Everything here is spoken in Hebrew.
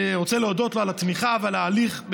רוצה להודות לו על התמיכה ועל ההליך,